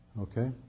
Okay